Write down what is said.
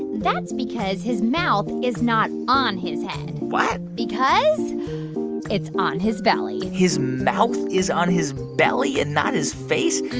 that's because his mouth is not on his head what. because it's on his belly his mouth is on his belly and not his face?